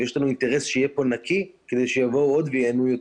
ויש לנו אינטרס שיהיה פה נקי כדי שיבואו עוד וייהנו יותר,